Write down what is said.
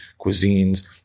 cuisines